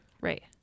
Right